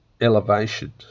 elevation